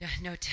No